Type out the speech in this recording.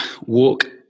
Walk